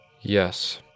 Yes